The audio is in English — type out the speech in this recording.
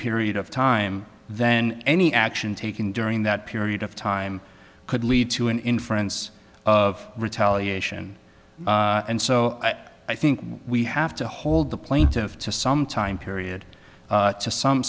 period of time then any action taken during that period of time could lead to an inference of retaliation and so i think we have to hold the plaintiff to some time period to some